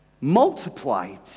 multiplied